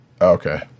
Okay